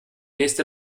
nächste